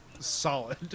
Solid